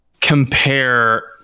compare